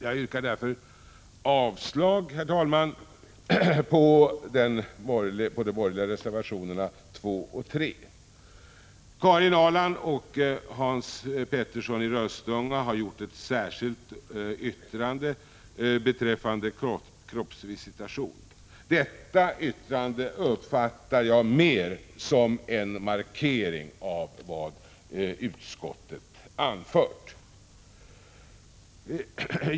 Jag yrkar därför avslag, herr talman, på de borgerliga reservationerna 2 och 3. Karin Ahrland och Hans Petersson i Röstånga har avgett ett särskilt yttrande beträffande kroppsvisitation. Detta yttrande uppfattar jag mer som en markering av vad utskottet har anfört.